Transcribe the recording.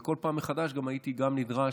וכל פעם מחדש הייתי נדרש,